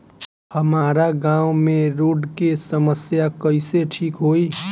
हमारा गाँव मे रोड के समस्या कइसे ठीक होई?